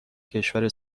کشور